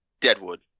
Deadwood